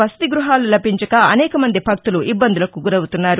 వసతి గృహాలు లభించక అనేకమంది భక్తులు ఇబ్బందులకు గురవుతున్నారు